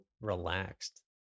relaxed